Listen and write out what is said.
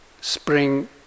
spring